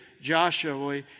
Joshua